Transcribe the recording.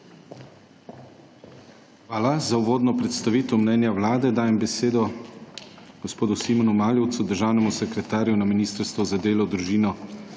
Hvala. Za uvodno predstavitev mnenja vlade dajem besedo gospodu Simonu Maljevcu, državnemu sekretarju na Ministrstvu za delo, družino,